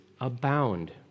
abound